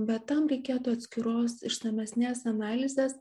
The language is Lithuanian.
bet tam reikėtų atskiros išsamesnės analizės